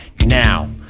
now